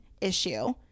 issue